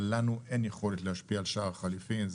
אבל לנו אין יכולת להשפיע על שער החליפין.